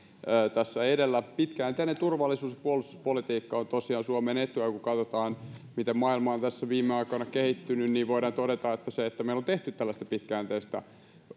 tässä edellä pitkäjänteinen turvallisuus ja puolustuspolitiikka on tosiaan suomen etu ja kun katsotaan miten maailma on tässä viime aikoina kehittynyt voidaan todeta että se että meillä on tehty tällaista pitkäjänteistä